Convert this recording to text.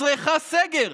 צריכה סגר?